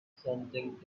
something